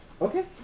Okay